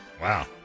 Wow